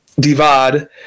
Divad